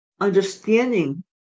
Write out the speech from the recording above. understanding